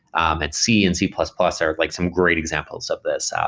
and c, and c plus plus are like some great examples of this. ah